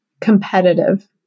Competitive